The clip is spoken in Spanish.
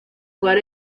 hogar